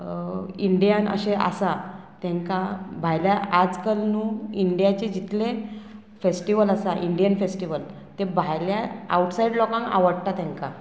Indian अशें आसा तांकां भायल्या आजकाल न्हू इंडियाचें जितलें फेस्टिवल आसा इंडियन फेस्टिवल ते भायल्या आवटसायड लोकांक आवडटा तांकां